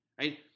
right